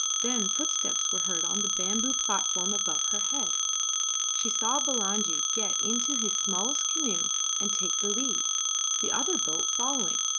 then footsteps were heard on the bamboo platform above her head she saw bulangi get into his smallest canoe and take the lead the other boat following,